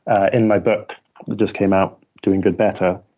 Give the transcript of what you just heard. ah in my book that just came out, doing good better,